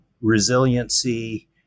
resiliency